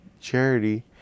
charity